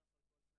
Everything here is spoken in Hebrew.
אז שיהיה